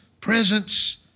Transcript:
presence